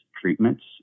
treatments